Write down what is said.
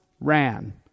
ran